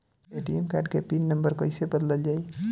ATM card के PIN number कईसे बदलल जाई?